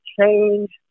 change